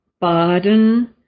Baden